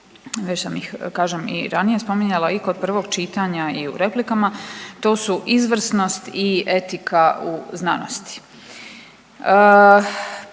već sam ih kažem i ranije spominjala i kod prvog čitanja i u replikama, to su izvrsnost i etika u znanosti.